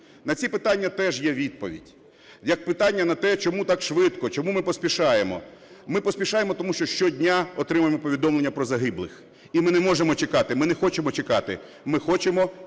На ці питання теж є відповідь. Як питання на те, чому так швидко, чому ми поспішаємо? Ми поспішаємо, тому що щодня отримуємо повідомлення про загиблих. І ми не можемо чекати, ми не хочемо чекати. Ми хочемо